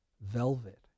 velvet